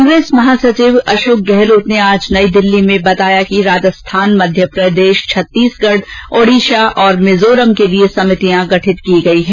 कांग्रेस महासचिव अशोक गहलोत ने आज नई दिल्ली में बताया कि राजस्थान मध्यप्रदेश छत्तीसगढ ओडिशा और मिजोरम के लिए समितियां गठित की गई है